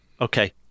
Okay